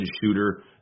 shooter